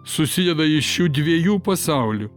susideda iš šių dviejų pasaulių